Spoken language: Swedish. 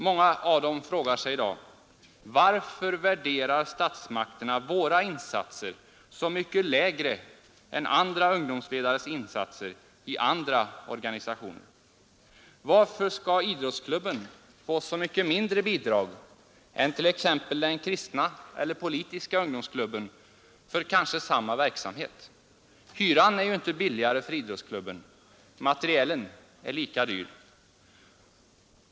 Många av dessa ledare frågar sig i dag: Varför värderar statsmakterna våra insatser så mycket lägre än andra ungdomsledares insatser i andra organisationer? Varför skall idrottsklubben få så mycket mindre bidrag än t.ex. den kristna eller den politiska ungdomsklubben för kanske samma verksamhet? Hyran är ju inte billigare för idrottsklubben. Materielen är lika dyr.